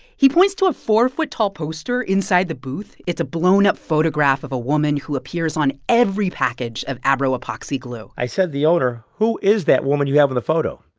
he points to a four foot tall poster inside the booth. it's a blown-up photograph of a woman who appears on every package of abro epoxy glue i said to the owner, who is that woman you have in the photo?